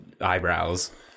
eyebrows